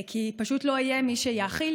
כי פשוט לא יהיה מי שיאכיל,